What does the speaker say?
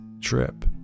trip